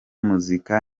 muzika